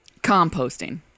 Composting